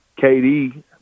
KD